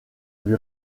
lui